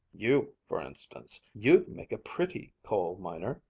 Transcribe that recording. you, for instance, you'd make a pretty coal-miner,